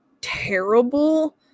terrible